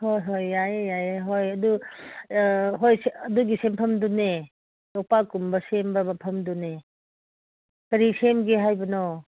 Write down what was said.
ꯍꯣꯏ ꯍꯣꯏ ꯌꯥꯏꯌꯦ ꯌꯥꯏꯌꯦ ꯍꯣꯏ ꯑꯗꯨ ꯍꯣꯏ ꯑꯗꯨꯒꯤ ꯁꯤꯟꯐꯝꯗꯨꯅꯦ ꯌꯣꯄꯥꯛꯀꯨꯝꯕ ꯁꯦꯝꯕ ꯃꯐꯝꯗꯨꯅꯦ ꯀꯔꯤ ꯁꯦꯝꯒꯦ ꯍꯥꯏꯕꯅꯣ